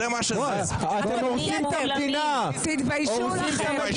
אתם עושים הפיכה שלטונית.